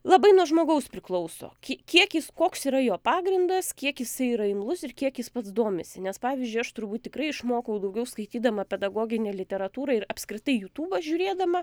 labai nuo žmogaus priklauso ki kiek jis koks yra jo pagrindas kiek jisai yra imlus ir kiek jis pats domisi nes pavyzdžiui aš turbūt tikrai išmokau daugiau skaitydama pedagoginę literatūrą ir apskritai jutūbą žiūrėdama